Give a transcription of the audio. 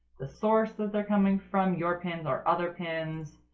the source that they're coming from, your pins or other pins,